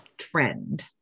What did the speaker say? trend